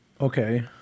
Okay